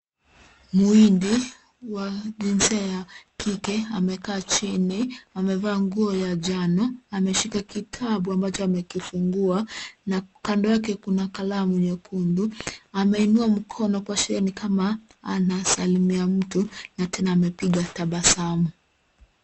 Muhindi wa jinsia ya kike amekaa chini. Amevaa nguo ya njano, ameshika kitabu ambacho amekifungua na kando yake kuna kalamu nyekundu. Ameinua mkono kuashiria ni kama anasalimia mtu na tena amepiga tabasamu.